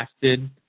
casted